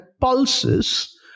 pulses